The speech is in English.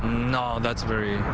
no. that's very,